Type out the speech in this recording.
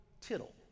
tittle